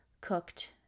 cooked